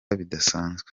bidasanzwe